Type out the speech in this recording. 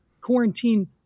quarantine